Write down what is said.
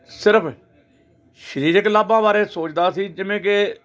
ਸਿਰਫ਼ ਸਰੀਰਕ ਲਾਭਾਂ ਬਾਰੇ ਸੋਚਦਾ ਸੀ ਜਿਵੇਂ ਕਿ